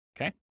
Okay